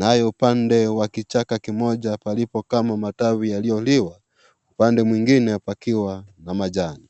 nalo upande wa kichaka kimoja palipokama matawi yaliyoliwa nupande mwingine pakiwa na majani.